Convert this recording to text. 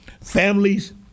Families